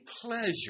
pleasure